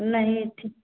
नहीं ठीक